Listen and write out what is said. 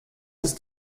ist